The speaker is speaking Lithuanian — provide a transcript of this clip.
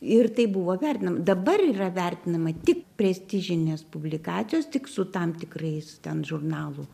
ir tai buvo vertinama dabar yra vertinama tik prestižinės publikacijos tik su tam tikrais ten žurnalų